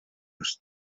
wrth